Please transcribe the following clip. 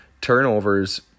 turnovers